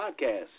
podcast